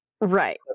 right